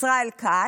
ישראל כץ,